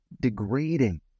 degrading